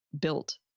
built